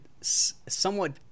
somewhat